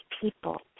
people